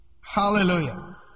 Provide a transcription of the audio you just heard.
Hallelujah